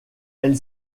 elle